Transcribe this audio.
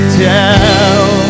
tell